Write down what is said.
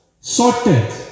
sorted